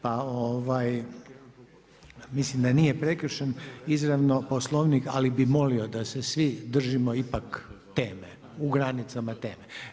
Pa mislim da nije prekršen izravno poslovnik, ali bi molio da se svi držimo ipak teme, u granicama teme.